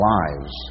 lives